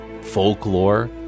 folklore